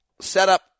setup